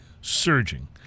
surging